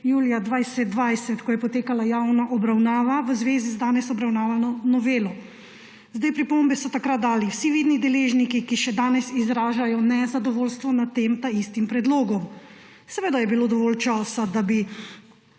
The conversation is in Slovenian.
julija 2020, ko je potekala javna obravnava v zvezi z danes obravnavano novelo. Pripombe so takrat dali vsi vidni deležniki, ki še danes izražajo nezadovoljstvo nad taistim predlogom. Seveda je bilo dovolj časa, da bi